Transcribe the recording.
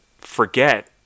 forget